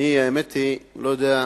האמת היא, אני לא יודע,